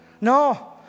No